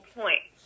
point